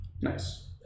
Nice